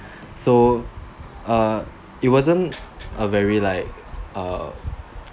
so uh it wasn't a very like uh